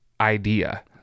idea